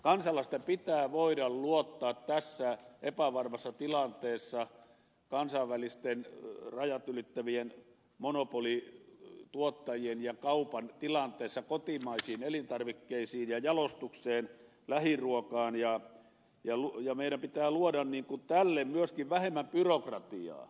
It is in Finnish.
kansalaisten pitää voida luottaa tässä epävarmassa tilanteessa rajat ylittävien kansainvälisten monopolituottajien ja kaupan tilanteessa kotimaisiin elintarvikkeisiin ja jalostukseen lähiruokaan ja meidän pitää luoda tälle myöskin vähemmän byrokratiaa